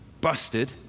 busted